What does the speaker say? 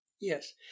Yes